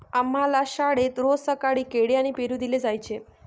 आम्हाला शाळेत रोज सकाळी केळी आणि पेरू दिले जायचे